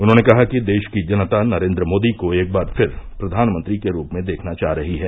उन्होंने कहा कि देश की जनता नरेन्द्र मोदी को एक बार फिर प्रधानमंत्री के रूप में देखना चाह रही है